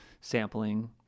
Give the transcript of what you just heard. sampling